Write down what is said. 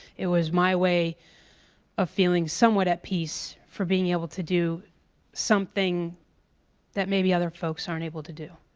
it was my way of feeling somewhat at peace for being able to do something that maybe other folks aren't able to do.